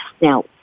Now